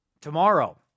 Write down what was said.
Tomorrow